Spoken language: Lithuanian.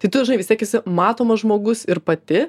tai tu žinai vistiek esi matomas žmogus ir pati